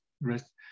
rest